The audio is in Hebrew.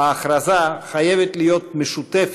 ההכרזה חייבת להיות משותפת,